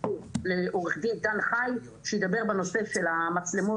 רשות הדיבור לעורך דין דן חי שידבר בנושא של המצלמות